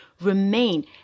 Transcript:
remain